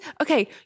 okay